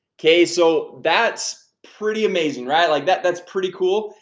okay, so that's pretty amazing right like that. that's pretty cool.